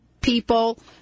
people